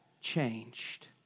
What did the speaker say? changed